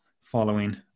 following